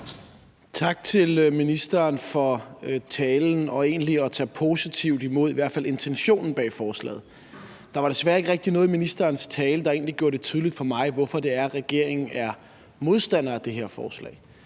Tak til ministeren for talen og for egentlig at tage positivt imod i hvert fald intentionen bag forslaget. Der var desværre ikke rigtig noget i ministerens tale, der gjorde det tydeligt for mig, hvorfor det er, at regeringen er modstandere af det her forslag.